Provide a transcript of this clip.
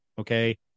Okay